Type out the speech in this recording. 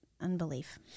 unbelief